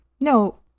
No